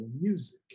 music